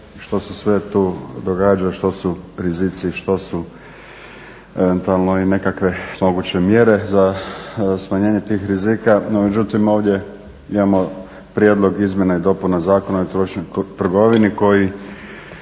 što se sve tu događa, što su rizici, što su eventualno i nekakve moguće mjere za smanjenje tih rizika. No međutim, ovdje imamo prijedlog izmjena i dopuna Zakona o elektroničkoj trgovini koji